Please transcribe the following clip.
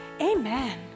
Amen